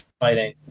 fighting